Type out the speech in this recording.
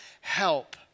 help